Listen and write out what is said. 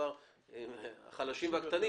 חלשים וקטנים,